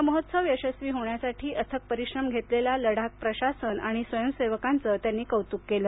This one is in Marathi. हा महोत्सव यशस्वी होण्यासाठी अथक परिश्रम घेतलेल्या लडाख प्रशासन आणि स्वयंसेवकांचे त्यांनी कौतुक केले